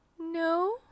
No